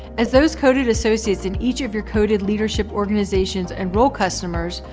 as those coded associates in each of your coded leadership organizations enroll customers,